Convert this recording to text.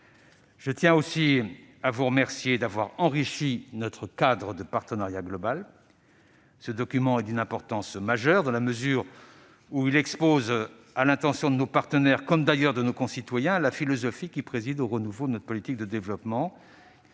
Je tiens aussi à vous remercier d'avoir enrichi notre cadre de partenariat global. Ce document est d'une importance majeure dans la mesure où il expose à l'intention de nos partenaires, comme d'ailleurs de nos concitoyens, la philosophie qui préside au renouveau de notre politique de développement,